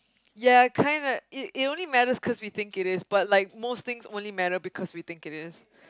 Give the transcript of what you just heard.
ya kinda it it only matters cause we think it is but like most things only matter because we think it is